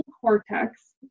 cortex